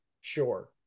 sure